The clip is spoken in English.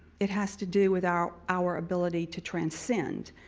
it has to do with our our ability to transcend,